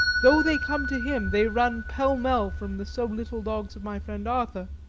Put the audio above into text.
though they come to him, they run pell-mell from the so little dogs of my friend arthur.